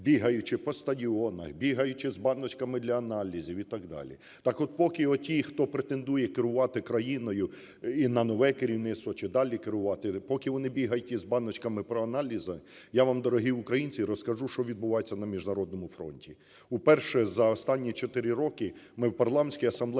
бігаючи по стадіонах, бігаючи з баночками для аналізів, і так далі. Так от поки оті, хто претендує керувати країною – і на нове керівництво чи далі керуватиме – поки вони бігають із баночками про аналізи, я вам, дорогі українці, розкажу, що відбувається на міжнародному фронті. Уперше за останні чотири роки ми в Парламентській асамблеї